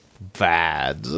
bad